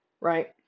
right